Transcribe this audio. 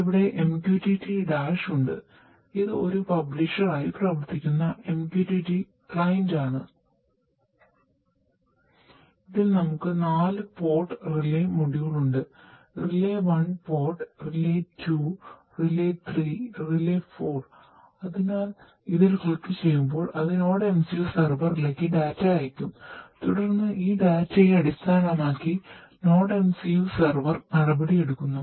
ഇവിടെ MQTT dash നടപടിയെടുക്കുകയു ചെയ്യുന്നു